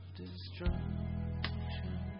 destruction